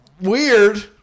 weird